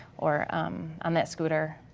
or on that scooter,